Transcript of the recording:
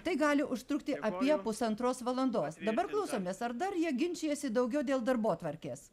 tai gali užtrukti apie pusantros valandos dabar klausomės ar dar jie ginčijasi daugiau dėl darbotvarkės